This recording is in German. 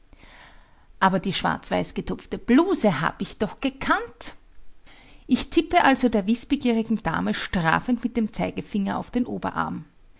aber die schwarz weiß getupfte bluse hab ich doch gekannt ich tippe also der wißbegierigen dame strafend mit dem zeigefinger auf den oberarm